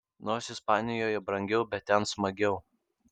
nors ispanijoje brangiau bet ten smagiau